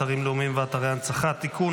אתרים לאומיים ואתרי הנצחה (תיקון,